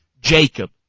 Jacob